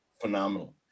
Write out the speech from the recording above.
phenomenal